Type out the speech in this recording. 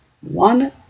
one